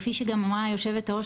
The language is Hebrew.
כפי שגם אמרה יושבת-הראש,